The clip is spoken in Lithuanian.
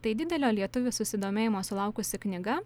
tai didelio lietuvių susidomėjimo sulaukusi knyga